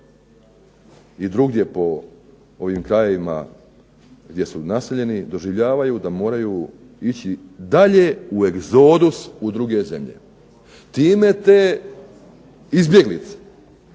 i drugdje po ovim krajevima gdje su naseljeni doživljavaju da moraju ići dalje u egzodus u druge zemlje. Time te izbjeglice